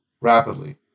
rapidly